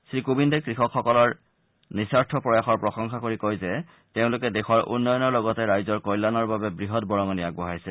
শ্ৰী কোৱিন্দে কৃষকসকলৰ নিঃস্বাৰ্থ প্ৰয়াসৰ প্ৰশংসা কৰি কয় যে তেওঁলোকে দেশৰ উন্নয়নৰ লগতে ৰাইজৰ কল্যাণৰ বাবে বৃহৎ বৰঙণি আগবঢ়াইছে